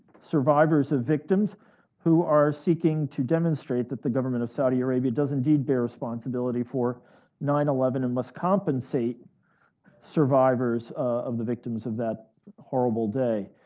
survivors of victims who are seeking to demonstrate that the government of saudi arabia does indeed bear responsibility for nine eleven and must compensate survivors of the victims of that horrible day.